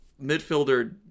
midfielder